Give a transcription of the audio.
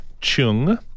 Chung